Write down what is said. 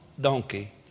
Donkey